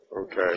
okay